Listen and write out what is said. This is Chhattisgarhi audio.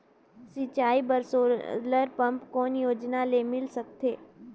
सिंचाई बर सोलर पम्प कौन योजना ले मिल सकथे?